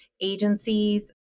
agencies